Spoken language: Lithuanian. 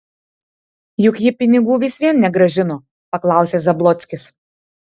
juk ji pinigų vis vien negrąžino paklausė zablockis